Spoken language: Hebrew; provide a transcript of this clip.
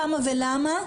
כמה ולמה,